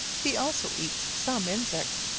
he also eats some insects.